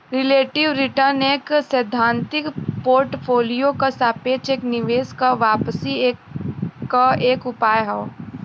relative return एक सैद्धांतिक portfolio क सापेक्ष एक निवेश क वापसी क एक उपाय हौ